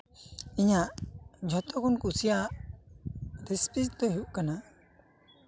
ᱤᱧᱟᱹᱜ ᱡᱚᱛᱚᱠᱷᱚᱱ ᱠᱩᱥᱤᱭᱟᱜ ᱨᱮᱥᱤᱯᱤᱥ ᱫᱚ ᱦᱩᱭᱩᱜ ᱠᱟᱱᱟ